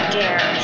dare